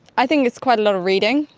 i think it's quite a lot of reading,